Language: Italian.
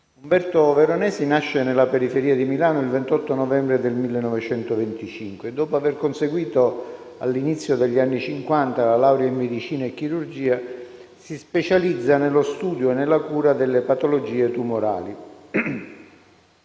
Umberto Veronesi nasce nella periferia di Milano il 28 novembre del 1925. Dopo aver conseguito, all'inizio degli anni Cinquanta, la laurea in medicina e chirurgia, si specializza nello studio e nella cura delle patologie tumorali.